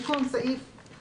אל תסבירי לי.